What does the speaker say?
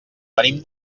venim